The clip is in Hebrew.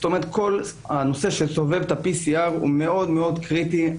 כל הנושא שסובב את ה-PCR הוא מאוד מאוד קריטי.